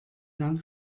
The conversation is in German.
dank